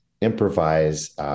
improvise